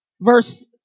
verse